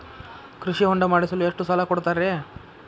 ಕೃಷಿ ಹೊಂಡ ಮಾಡಿಸಲು ಎಷ್ಟು ಸಾಲ ಕೊಡ್ತಾರೆ?